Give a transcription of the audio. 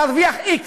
מרוויח x,